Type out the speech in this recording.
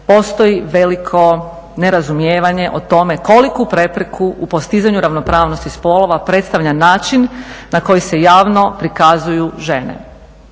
postoji veliko nerazumijevanje o tome koliku prepreku u postizanju ravnopravnosti spolova predstavlja način na koji se javno prikazuju žene.